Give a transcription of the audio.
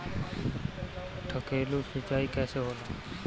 ढकेलु सिंचाई कैसे होला?